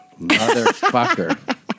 Motherfucker